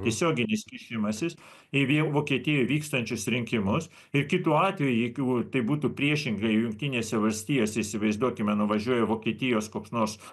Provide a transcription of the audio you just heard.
tiesioginis kišimasis į vokietijoj vykstančius rinkimus ir kitu atveju jeigu tai būtų priešingai jungtinėse valstijose įsivaizduokime nuvažiuoja vokietijos koks nors